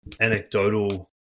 anecdotal